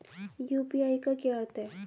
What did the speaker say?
UPI का क्या अर्थ है?